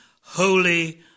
Holy